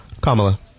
Kamala